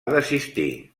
desistir